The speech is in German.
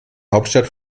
hauptstadt